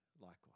likewise